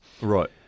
right